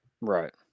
right